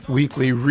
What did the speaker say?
weekly